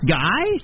guy